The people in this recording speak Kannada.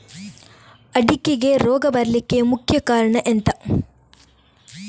ಅಡಿಕೆಗೆ ರೋಗ ಬರ್ಲಿಕ್ಕೆ ಮುಖ್ಯ ಕಾರಣ ಎಂಥ?